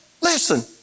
Listen